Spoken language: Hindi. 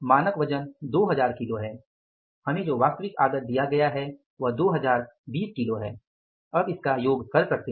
मानक वजन 2000 किलो है हमें जो वास्तविक आगत दिया गया है वह 2020 किलो है अब इसका योग कर सकते हैं